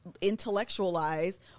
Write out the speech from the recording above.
intellectualize